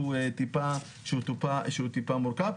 וגם תקציב שהוא טיפה מורכב.